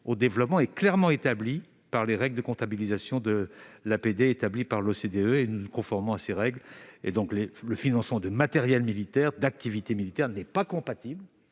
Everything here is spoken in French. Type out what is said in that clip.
au développement est clairement établie par les règles de comptabilisation de l'APD établies par l'OCDE, auxquelles nous nous conformons. Le financement de matériels militaires et d'activité militaire n'est pas compatible